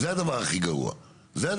זה הדבר הכי גרוע שקיים.